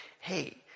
Hey